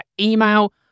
email